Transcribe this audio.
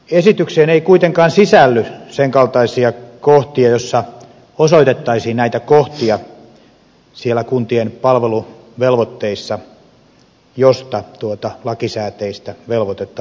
esitykseen ei kuitenkaan sisälly sen kaltaisia kohtia joissa osoitettaisiin näitä kohtia siellä kuntien palveluvelvoitteissa joista tuota lakisääteistä velvoitetta voitaisiin supistaa